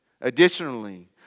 Additionally